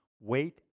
wait